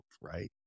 right